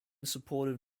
supportive